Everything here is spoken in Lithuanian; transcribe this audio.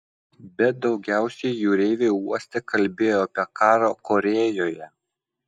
bet daugiausiai jūreiviai uoste kalbėjo apie karą korėjoje